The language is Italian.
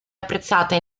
apprezzata